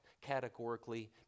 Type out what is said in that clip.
categorically